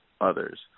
others